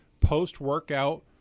post-workout